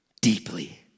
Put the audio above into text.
deeply